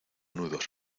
nudos